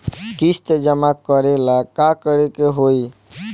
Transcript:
किस्त जमा करे ला का करे के होई?